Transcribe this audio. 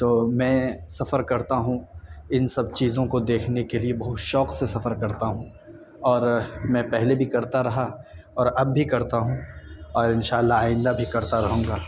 تو میں سفر کرتا ہوں ان سب چیزوں کو دیکھنے کے لیے بہت شوق سے سفر کرتا ہوں اور میں پہلے بھی کرتا رہا اور اب بھی کرتا ہوں اور ان شاء اللہ آئندہ بھی کرتا رہوں گا